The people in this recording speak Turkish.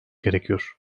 gerekiyor